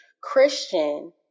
Christian